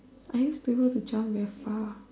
I used to be able to jump very far